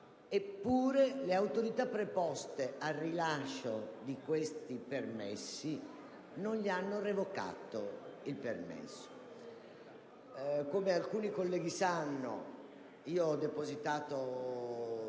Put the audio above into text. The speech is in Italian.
eppure le autorità preposte al rilascio del porto d'armi non hanno revocato il permesso. Come alcuni colleghi sanno, ho depositato